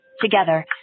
Together